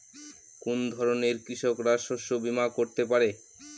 কোন ধরনের কৃষকরা শস্য বীমা করতে পারে?